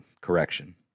correction